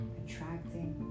attracting